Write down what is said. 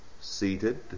seated